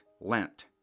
Lent